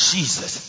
Jesus